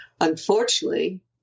unfortunately